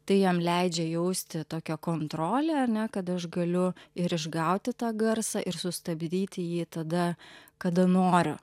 tai jam leidžia jausti tokią kontrolę ar ne kad aš galiu ir išgauti tą garsą ir sustabdyti jį tada kada noriu